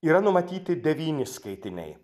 yra numatyti devyni skaitiniai